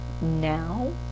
now